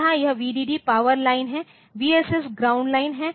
यहां यह VDD power line है और वीएसएस ग्राउंड लाइन है